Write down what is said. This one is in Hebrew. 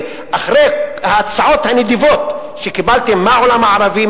אחרי ההצעות הנדיבות שקיבלתם מהעולם הערבי,